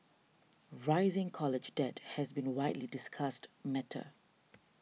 rising college debt has been a widely discussed matter